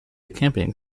camping